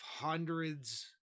hundreds